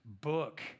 book